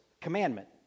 commandment